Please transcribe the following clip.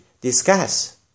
discuss